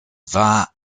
war